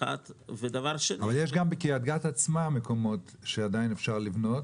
יש גם בקריית גת עצמה מקומות שעדיין אפשר לבנות